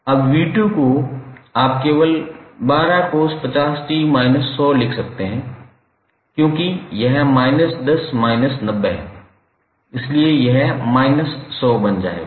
अब 𝑣2 को आप केवल 12cos50𝑡−100 लिख सकते हैं क्योंकि यह 10 90 है इसलिए यह 100 बन जाएगा